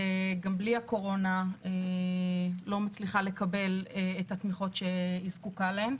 שגם בלי הקורונה לא מצליחה לקבל את התמיכות שהיא זקוקה להן.